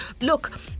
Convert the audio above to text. look